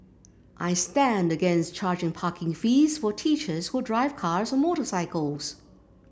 I stand against charging parking fees for teachers who drive cars or motorcycles